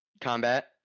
combat